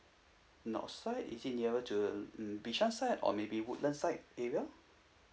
north side is it nearer to um bishan side or maybe woodlands side area